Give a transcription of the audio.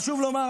חשוב לומר,